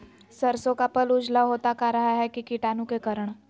सरसो का पल उजला होता का रहा है की कीटाणु के करण?